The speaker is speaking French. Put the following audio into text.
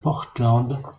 portland